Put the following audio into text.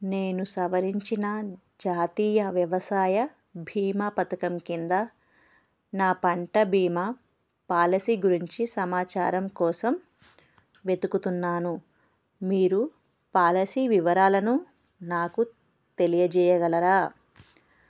నేను సవరించిన జాతీయ వ్యవసాయ బీమా పథకం కింద నా పంట బీమా పాలసీ గురించి సమాచారం కోసం వెతుకుతున్నాను మీరు పాలసీ వివరాలను నాకు తెలియజేయగలరా